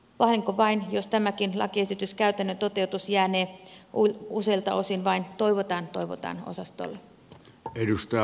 vahinko vain jos tämänkin lakiesityksen käytännön toteutus jää useilta osin vain toivotaan toivotaan osastolle